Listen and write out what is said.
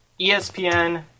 ESPN